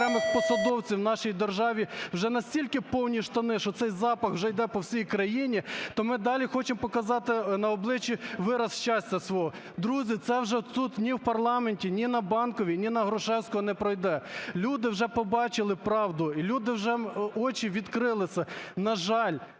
Друзі, це вже тут ні в парламенті, ні на Банковій, ні на Грушевського не пройде – люди вже побачили правду і люди вже очі відкрили. На жаль,